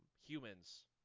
humans